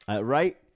Right